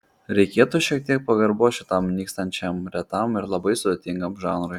reikėtų šiek tiek pagarbos šitam nykstančiam retam ir labai sudėtingam žanrui